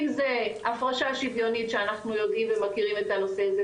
אם זה הפרשה שוויונית שאנחנו יודעים ומכירים את הנושא הזה,